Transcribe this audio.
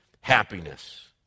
happiness